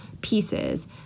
pieces